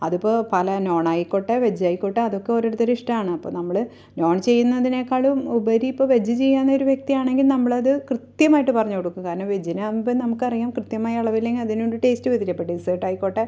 അത് ഇപ്പോൾ പല നോൺ ആയിക്കോട്ടേ വെജ് ആയിക്കോട്ടെ അതൊക്കെ ഓരോരുത്തരുടെ ഇഷ്ടമാണ് അപ്പോൾ നമ്മൾ നോൺ ചെയ്യുന്നതിനേക്കാളും ഉപരി ഇപ്പോൾ വെജ് ചെയ്യുന്ന ഒരു വ്യക്തിയാണെങ്കിൽ നമ്മൾ അത് കൃത്യമായിട്ട് പറഞ്ഞ് കൊടുക്കും കാരണം വെജിനാവുമ്പോൾ നമ്മൾക്ക് അറിയാം കൃത്യമായ അളവില്ലെങ്കിൽ അതിന് ഒരു ടേസ്റ്റ് വരില്ല ഇപ്പം ഡസേർട്ട് ആയിക്കോട്ടെ